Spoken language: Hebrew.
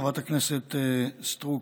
חברת הכנסת סטרוק,